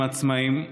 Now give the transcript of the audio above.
עם עצמאים,